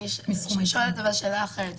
אני שואלת אבל שאלה אחרת,